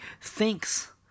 thinks